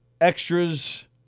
Extras